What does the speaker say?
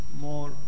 more